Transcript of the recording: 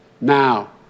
now